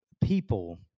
people